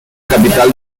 capital